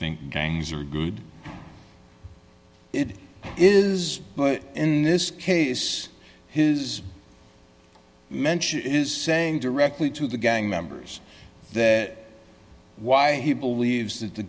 think gangs are good it is but in this case his mention is saying directly to the gang members that why he believes that the